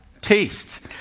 taste